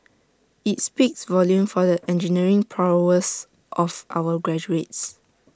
IT speaks volumes for the engineering prowess of our graduates